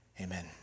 Amen